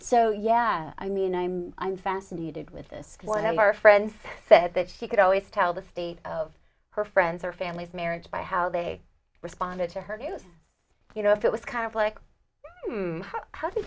so yeah i mean i'm i'm fascinated with this one of our friends said that she could always tell the state of her friends or family of marriage by how they responded to her you you know it was kind of like how d